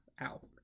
out